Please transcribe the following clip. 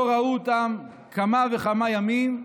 לא ראו אותם כמה וכמה ימים,